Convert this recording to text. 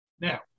Now